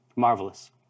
marvelous